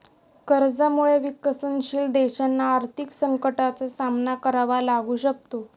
कर्जामुळे विकसनशील देशांना आर्थिक संकटाचा सामना करावा लागू शकतो